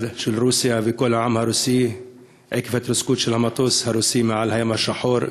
רוסיה ולכל העם הרוסי עקב התרסקות המטוס הרוסי מעל הים השחור,